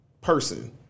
person